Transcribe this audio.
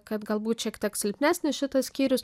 kad galbūt šiek tiek silpnesnis šitas skyrius